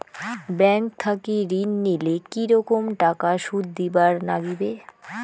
Bank থাকি ঋণ নিলে কি রকম টাকা সুদ দিবার নাগিবে?